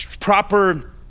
proper